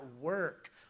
work